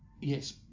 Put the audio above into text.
yes